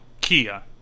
Kia